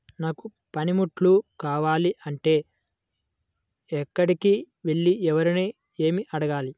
నాకు పనిముట్లు కావాలి అంటే ఎక్కడికి వెళ్లి ఎవరిని ఏమి అడగాలి?